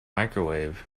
microwave